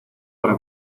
para